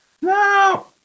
No